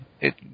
it